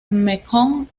mekong